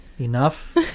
enough